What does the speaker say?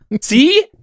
See